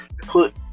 put